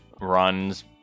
runs